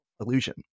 illusion